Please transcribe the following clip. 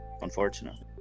unfortunately